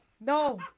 No